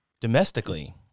domestically